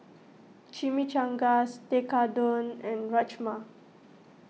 Chimichangas Tekkadon and Rajma